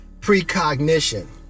precognition